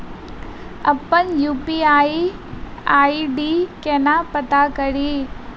अप्पन UPI ID केना पत्ता कड़ी?